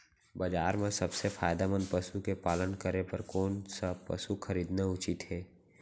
बजार म सबसे फायदामंद पसु के पालन करे बर कोन स पसु खरीदना उचित हे?